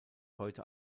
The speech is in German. heute